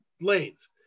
lanes